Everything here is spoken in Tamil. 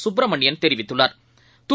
சுப்பிரமணியன் தெரிவித்துள்ளா்